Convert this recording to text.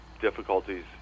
difficulties